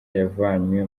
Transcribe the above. yavanywe